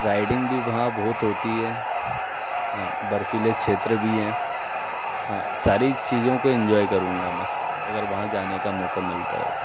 riding भी वहाँ बहुत होती है बर्फीले क्षेत्र भी हैं हाँ सारी चीज़ों को इंज्वाय करूँगा मैं अगर वहाँ अगर वहाँ जाने का मौक़ा मिलता है तो